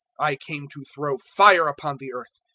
i came to throw fire upon the earth,